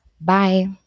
Bye